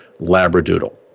Labradoodle